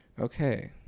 Okay